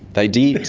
they did,